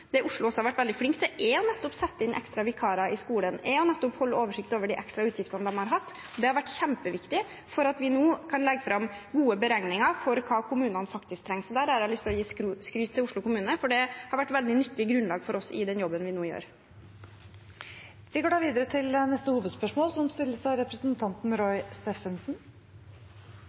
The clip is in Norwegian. Det Oslo også har vært veldig flink til, er nettopp å sette inn ekstra vikarer i skolen og holde oversikt over de ekstrautgiftene de har hatt. Det har vært kjempeviktig for at vi nå kan legge fram gode beregninger for hva kommunene faktisk trenger. Så jeg har lyst til å gi skryt til Oslo kommune, for det har vært et veldig nyttig grunnlag for oss i den jobben vi nå gjør. Vi går da videre til neste hovedspørsmål.